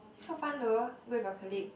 so fun though go with your colleague